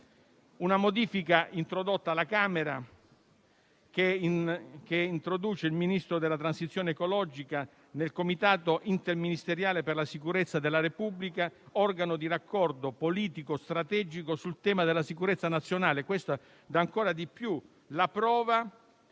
Una modifica introdotta alla Camera introduce il Ministero della transizione ecologica nel Comitato interministeriale per la sicurezza della Repubblica, organo di raccordo politico strategico sul tema della sicurezza nazionale. Questa è ancora di più la prova